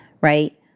right